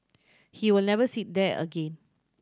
he will never sit there again